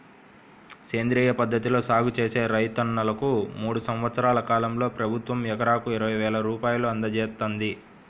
సేంద్రియ పద్ధతిలో సాగు చేసే రైతన్నలకు మూడు సంవత్సరాల కాలంలో ప్రభుత్వం ఎకరాకు ఇరవై వేల రూపాయలు అందజేత్తంది